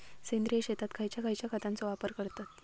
सेंद्रिय शेतात खयच्या खयच्या खतांचो वापर करतत?